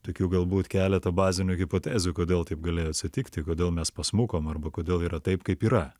tokių galbūt keletą bazinių hipotezių kodėl taip galėjo atsitikti kodėl mes pasmukom arba kodėl yra taip kaip yra